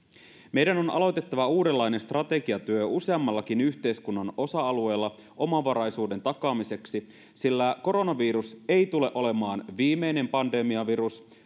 meidän on aloitettava uudenlainen strategiatyö useammallakin yhteiskunnan osa alueella omavaraisuuden takaamiseksi sillä koronavirus ei tule olemaan viimeinen pandemiavirus